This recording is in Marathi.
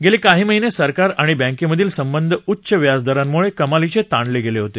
गेले काही महिने सरकार आणि बँकेमधील संबंध उच्च व्याजदरांमुळे कमालीचे ताणले गेले होते